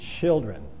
children